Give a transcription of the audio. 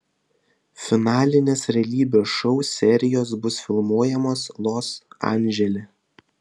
finalinės realybės šou serijos bus filmuojamos los andžele